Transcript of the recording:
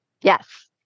yes